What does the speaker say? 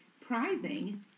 prizing